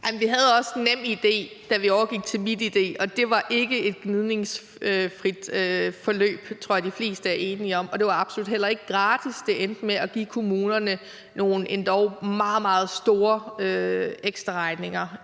vi havde også NemID, da vi overgik til MitID, og det var ikke et gnidningsfrit forløb – det tror jeg de fleste er enige om. Og det var absolut heller ikke gratis. Det endte med at give kommunerne nogle endog meget, meget store ekstraregninger